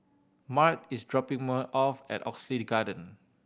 Mart is dropping off at Oxley Garden